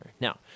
Now